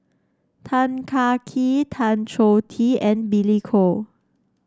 Tan Kah Kee Tan Choh Tee and Billy Koh